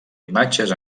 imatges